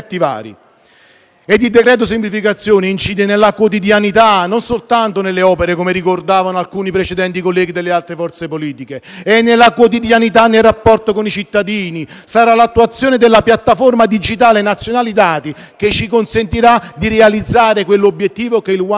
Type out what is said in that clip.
Il decreto semplificazioni incide nella quotidianità, non soltanto nelle opere, come ricordavano alcuni colleghi delle altre forze politiche in precedenza. Nella quotidianità nel rapporto con i cittadini, sarà l'attuazione della Piattaforma digitale nazionale dati che ci consentirà di realizzare l'obiettivo che è il *once only*;